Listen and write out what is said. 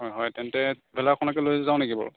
হয় হয় তেন্তে ট্ৰেভেলাৰখনকে লৈ যাওঁ নেকি বাৰু